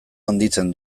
handitzen